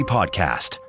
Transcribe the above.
Podcast